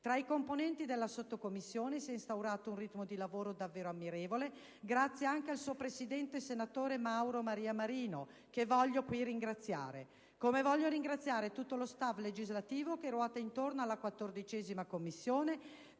Tra i componenti della Sottocommissione si è instaurato un ritmo di lavoro davvero ammirevole, grazie anche al suo presidente senatore Mauro Maria Marino, che voglio qui ringraziare. Voglio anche ringraziare tutto lo *staff* legislativo che ruota intorno alla 14a Commissione